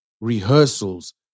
rehearsals